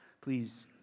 please